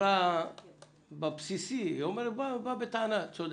לכאורה בבסיסי את צודקת.